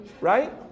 right